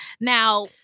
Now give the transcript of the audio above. Now